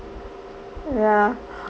ya